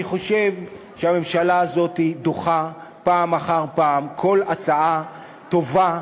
אני חושב שהממשלה הזאת דוחה פעם אחר פעם כל הצעה טובה,